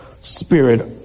spirit